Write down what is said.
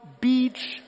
beach